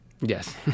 Yes